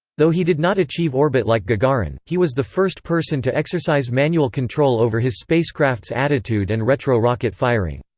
though he did not achieve orbit like gagarin, he was the first person to exercise manual control over his spacecraft's attitude and retro-rocket firing.